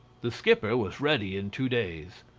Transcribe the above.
the skipper was ready in two days.